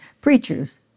preachers